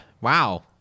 Wow